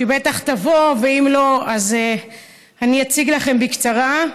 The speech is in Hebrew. שבטח תבוא, ואם לא, אני אציג לכם בקצרה.